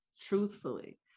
truthfully